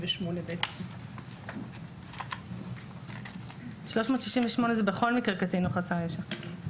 368ב. 368 זה בכל מקרה קטין או חסר ישע.